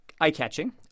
eye-catching